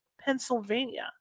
Pennsylvania